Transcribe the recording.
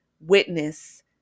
witness